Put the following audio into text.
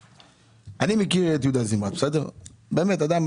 אני מכיר את יהודה זמרת, באמת אדם